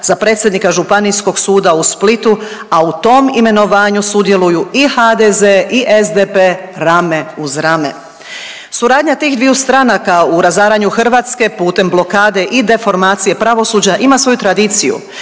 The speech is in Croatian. za predsjednika Županijskog suda u Splitu, a u tom imenovanju sudjeluju i HDZ i SDP rame uz rame. Suradnja tih dviju stanaka u razaranju Hrvatske putem blokade i deformacije pravosuđa ima svoju tradiciju.